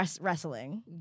wrestling